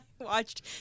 watched